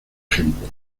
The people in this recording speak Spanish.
ejemplo